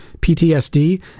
PTSD